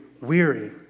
weary